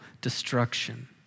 destruction